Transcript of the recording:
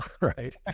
Right